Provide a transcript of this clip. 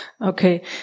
Okay